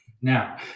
Now